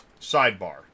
sidebar